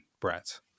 Brett